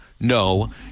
no